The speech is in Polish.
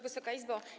Wysoka Izbo!